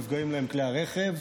נפגעים להם כלי הרכב.